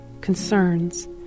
concerns